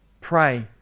Pray